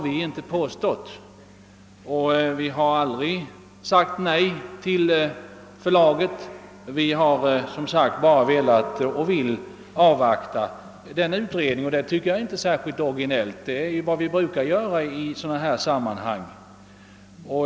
Vi har aldrig sagt nej till förslaget, vi vill som sagt bara avvakta denna utredning, och det tycker jag inte är särskilt originellt — det är ju vad vi brukar göra i sådana här sammanhang.